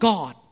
God